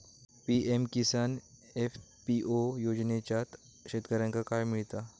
PM Kisan FPO योजनाच्यात शेतकऱ्यांका काय मिळता?